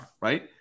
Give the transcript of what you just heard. right